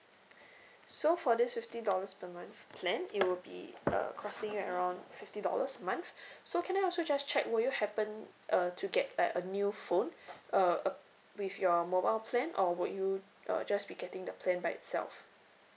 so for this fifty dollars per month plan it will be uh costing you at around fifty dollars a month so can I also just check will you happen uh to get like a new phone uh with your mobile plan or would you uh just be getting the plan by itself